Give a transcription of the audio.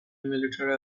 military